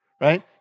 Right